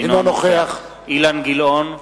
אינו נוכח אילן גילאון,